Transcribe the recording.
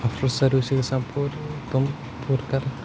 after سٔروِسٕے گَژھان پوٗرٕ تِم پوٗر کر